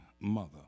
mother